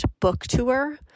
booktour